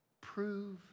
prove